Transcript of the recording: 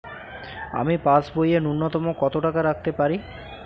আমি পাসবইয়ে ন্যূনতম কত টাকা রাখতে পারি?